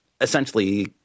essentially